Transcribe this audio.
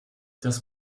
das